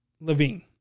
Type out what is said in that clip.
Levine